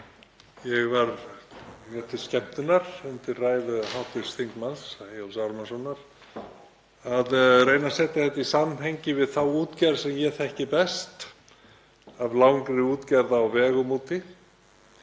Ég var mér til skemmtunar undir ræðu hv. þm. Eyjólfs Ármannssonar að reyna að setja þetta í samhengi við þá útgerð sem ég þekki best, langa útgerð á vegum úti,